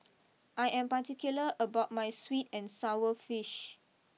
I am particular about my sweet and Sour Fish